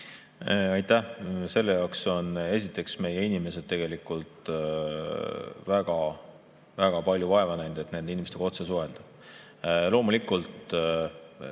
Aitäh! Selle jaoks on meie inimesed tegelikult väga-väga palju vaeva näinud, et nende inimestega otse suhelda.